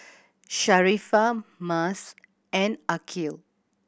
Sharifah Mas and Aqil